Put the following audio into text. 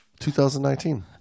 2019